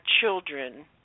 children